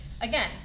Again